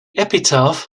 epitaph